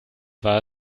war